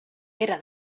era